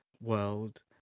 world